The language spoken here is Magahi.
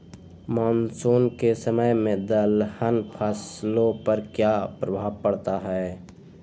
मानसून के समय में दलहन फसलो पर क्या प्रभाव पड़ता हैँ?